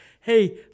hey